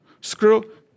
screw